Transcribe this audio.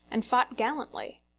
and fought gallantly.